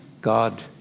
God